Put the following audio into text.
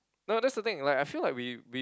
no that's the thing like I feel like we we